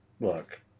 look